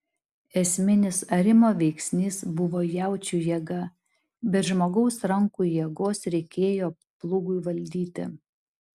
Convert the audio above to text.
esminis arimo veiksnys buvo jaučių jėga bet žmogaus rankų jėgos reikėjo plūgui valdyti